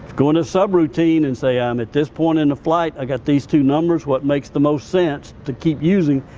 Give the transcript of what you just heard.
go into the sub-routine and say, i'm at this point in the flight, i got these two numbers, what makes the most sense to keep using,